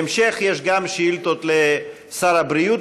בהמשך יש גם שאילתות לשר הבריאות,